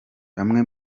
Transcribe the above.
bamwe